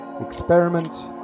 Experiment